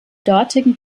dortigen